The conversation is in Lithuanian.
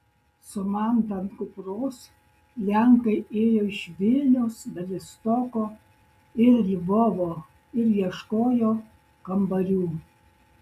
su manta ant kupros lenkai ėjo iš vilniaus bialystoko ir lvovo ir ieškojo kambarių